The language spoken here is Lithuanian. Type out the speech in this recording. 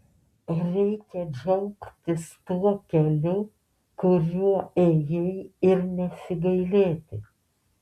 reikia džiaugtis tuo keliu kuriuo ėjai ir nesigailėti